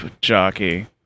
jockey